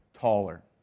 Taller